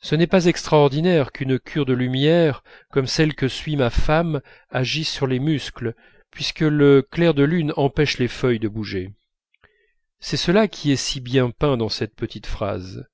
ce n'est pas extraordinaire qu'une cure de lumière comme celle que suit ma femme agisse sur les muscles puisque le clair de lune empêche les feuilles de bouger c'est cela qui est si bien peint dans cette petite phrase